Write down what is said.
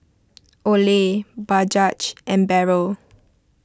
Olay and Barrel